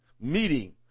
meeting